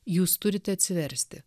jūs turite atsiversti